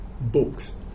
books